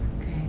Okay